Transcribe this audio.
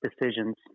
decisions